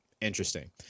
interesting